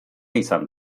izan